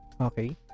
Okay